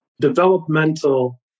developmental